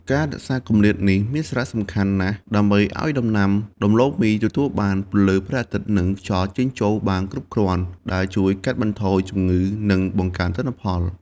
ការរក្សាគម្លាតនេះមានសារៈសំខាន់ណាស់ ដើម្បីឱ្យដំណាំដំឡូងមីទទួលបាន ពន្លឺព្រះអាទិត្យ និងខ្យល់ចេញចូលបានគ្រប់គ្រាន់ ដែលជួយកាត់បន្ថយជំងឺ និងបង្កើនទិន្នផល។